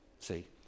see